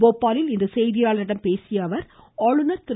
போபாலில் இன்று செய்தியாளர்களிடம் பேசிய அவர் ஆளுநர் திரு